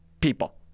people